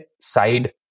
side